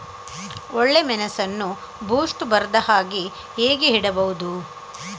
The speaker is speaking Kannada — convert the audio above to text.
ಒಳ್ಳೆಮೆಣಸನ್ನು ಬೂಸ್ಟ್ ಬರ್ದಹಾಗೆ ಹೇಗೆ ಇಡಬಹುದು?